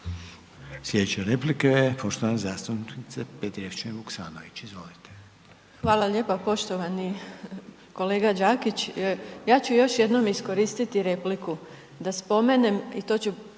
Sljedeća replika je poštovane zastupnice Petrijevčanin Vuksanović. **Petrijevčanin Vuksanović, Irena (HDZ)** Hvala lijepo poštovani kolega Đakić. Ja ću još jednom iskoristiti repliku da spomenem i to ću